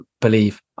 believe